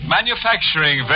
Manufacturing